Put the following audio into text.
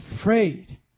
afraid